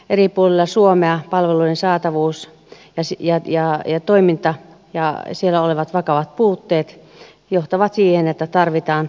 eri puolilla suomea palveluiden saatavuus ja toiminta ja siellä olevat vakavat puutteet johtavat siihen että tarvitaan rakenneuudistusta